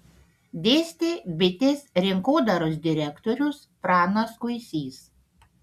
dėstė bitės rinkodaros direktorius pranas kuisys